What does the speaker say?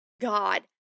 God